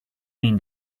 mean